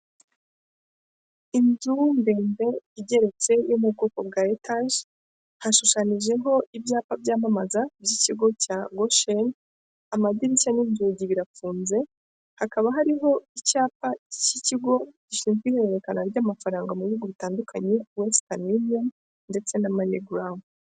Inzu ndende igeretse yo mu bwoko bwa etage, hashushanyijeho ibyapa byamamaza by'ikigo cya GOSHEN. Amadirishya n'inzugi birafunze, hakaba hariho icyapa cy'ikigo gishinzwe ihererekanya ry'amafaranga mu bihugu bitandukanye Western Union ndetse na Money gram.